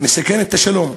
מסכנת את השלום.